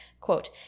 Quote